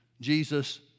Jesus